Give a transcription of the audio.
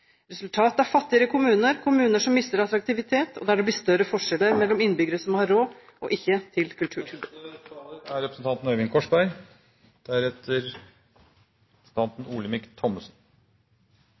Resultatet er fattigere kommuner, kommuner som mister attraktivitet, og der det blir større forskjeller mellom innbyggere som har råd, og dem som ikke har råd til kultur. Jeg er glad for at representanten